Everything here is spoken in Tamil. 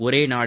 ஒரே நாடு